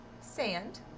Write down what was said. Sand